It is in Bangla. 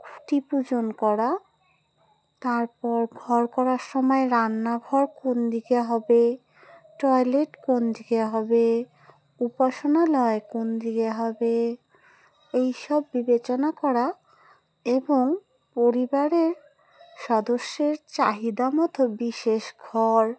খুঁটি পূজন করা তারপর ঘর করার সময় রান্নাঘর কোনদিকে হবে টয়লেট কোনদিকে হবে উপাসনালয় কোনদিকে হবে এইসব বিবেচনা করা এবং পরিবারের সদস্যের চাহিদা মতো বিশেষ ঘর